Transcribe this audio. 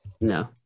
No